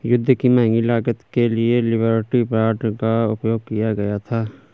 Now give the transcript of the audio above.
युद्ध की महंगी लागत के लिए लिबर्टी बांड का उपयोग किया गया था